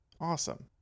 awesome